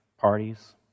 parties